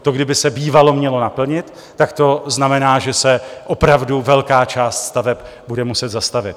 To kdyby se bývalo mělo naplnit, tak to znamená, že se opravdu velká část staveb bude muset zastavit.